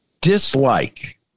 dislike